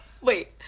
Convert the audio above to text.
Wait